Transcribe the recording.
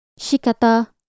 Shikata